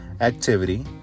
activity